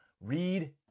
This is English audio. read